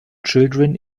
children